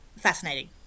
fascinating